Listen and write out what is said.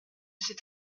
cette